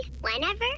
whenever